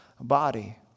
body